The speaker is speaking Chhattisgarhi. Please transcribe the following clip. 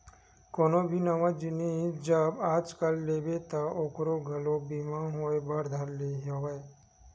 कोनो भी नवा जिनिस जब आजकल लेबे ता ओखरो घलो बीमा होय बर धर ले हवय